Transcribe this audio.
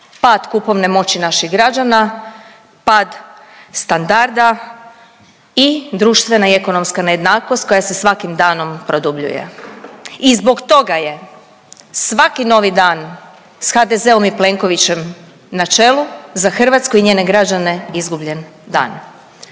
pad kupovne moći naših građana, pad standarda i društvena i ekonomska nejednakost koja se svakim danom produbljuje. I zbog toga je svaki novi dan s HDZ-om i Plenkovićem na čelu za Hrvatsku i njene građane izgubljen dan.